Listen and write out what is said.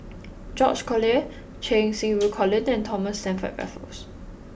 George Collyer Cheng Xinru Colin and Thomas Stamford Raffles